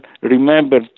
remember